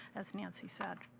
as nancy said.